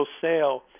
sale